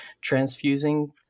Transfusing